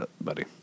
buddy